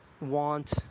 want